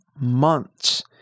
months